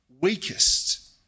weakest